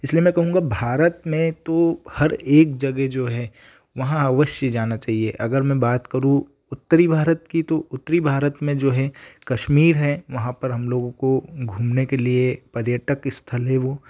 इसलिए मैं कहूँगा भारत में तो हर एक जगह जो है वहाँ अवश्य जाना चाहिए अगर मैं बात करूँ उत्तरी भारत की तो उत्तरी भारत में जो है कश्मीर है वहाँ पर हम लोगों को घूमने के लिए पर्यटक स्थल है वह